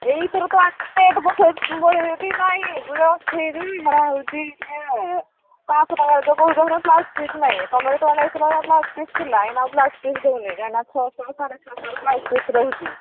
ଏଇଥର ତ ରେଟ୍ ସେରେ ହରା ହେଉଛି ପାଞ୍ଚଶହ ଟଙ୍କାରେ ଯେଉଁ କହୁଛ ବ୍ଲାଉଜ୍ ପିସ୍ ନାଇଁ ତୁମେ ଯେତେବେଳେ ନେଇଥିଲ ବ୍ଲାଉଜ୍ ପିସ୍ ଥିଲା ଏଇନା ଆଉ ବ୍ଲାଉଜ୍ ପିସ୍ ଦେଉନି କାହିଁକିନା ଛଅଶହ ସାଢ଼େ ଛଅଶହ ବ୍ଲାଉଜ୍ ପିସ୍ ରହୁଛି